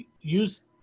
Use